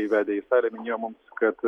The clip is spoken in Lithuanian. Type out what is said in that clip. įvedę į salę minėjo mum kad